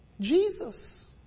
Jesus